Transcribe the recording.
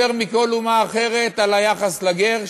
יותר מכל אומה אחת על היחס לגר,